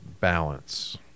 balance